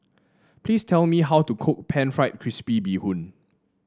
please tell me how to cook pan fried crispy Bee Hoon